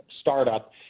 startup